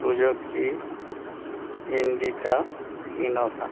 Suzuki Indica Innova